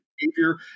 behavior